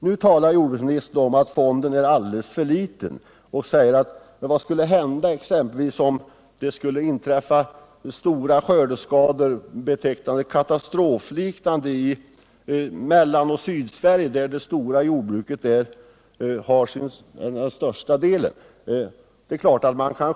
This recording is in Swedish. Nu talar jordbruksministern om att fonden är alldeles för liten och frågar vad som skulle hända ifall det inträffade vad han kallar katastrofliknande skador i Mellanoch Sydsverige, där vi har den största delen av landets jordbruk.